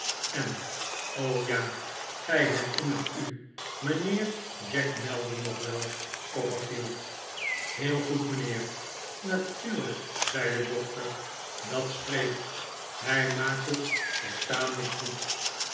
en o ja gij herinnert u mijnheer jack maldon nog wel copperfield heel goed mijnheer natuurlijk zei de doctor dat spreekt hij maakt het ook tamelijk goed